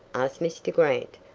asked mr. grant,